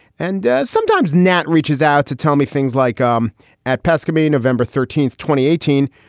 and sometimes nat reaches out to tell me things like um at pesco, maine, november thirteenth. twenty eighteen.